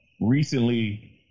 recently